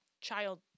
child